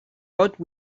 wrote